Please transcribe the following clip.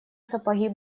сапоги